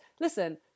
Listen